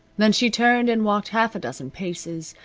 then she turned and walked half a dozen paces,